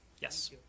Yes